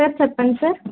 sir చెప్పండి sir